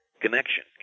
Connection